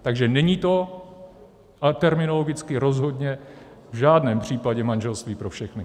Takže není to ale terminologicky rozhodně v žádném případě manželství pro všechny.